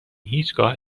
هیچگاه